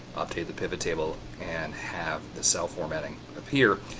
update the pivottable and have the cell formatting appear.